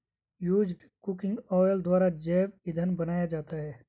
used cooking oil द्वारा जैव इंधन बनाया जाता है